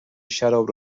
شراب